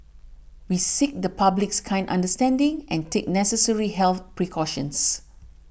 we seek the public's kind understanding and take necessary health precautions